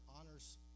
honors